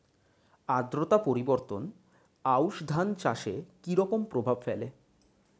আদ্রতা পরিবর্তন আউশ ধান চাষে কি রকম প্রভাব ফেলে?